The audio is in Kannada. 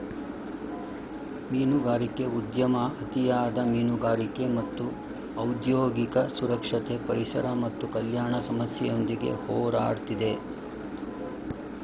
ಮೀನುಗಾರಿಕೆ ಉದ್ಯಮ ಅತಿಯಾದ ಮೀನುಗಾರಿಕೆ ಮತ್ತು ಔದ್ಯೋಗಿಕ ಸುರಕ್ಷತೆ ಪರಿಸರ ಮತ್ತು ಕಲ್ಯಾಣ ಸಮಸ್ಯೆಯೊಂದಿಗೆ ಹೋರಾಡ್ತಿದೆ